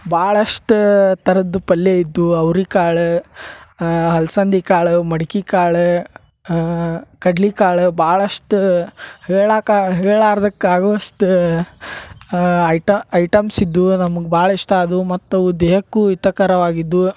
ಭಾಳಷ್ಟು ಥರದ್ ಪಲ್ಲೆ ಇದ್ವು ಅವ್ರಿಕಾಳು ಅಲ್ಸಂದಿಕಾಳು ಮಡ್ಕಿಕಾಳು ಕಡ್ಲಿಕಾಳು ಭಾಳಷ್ಟ ಹೇಳಾಕಾ ಹೇಳ್ಲಾರ್ದಕ್ಕ ಆಗುವಷ್ಟು ಐಟ ಐಟಮ್ಸ್ ಇದ್ವು ನಮ್ಗ ಭಾಳ್ ಇಷ್ಟ ಆದ್ವು ಮತ್ತೆ ಅವು ದೇಹಕ್ಕೂ ಹಿತಕರವಾಗಿದ್ವು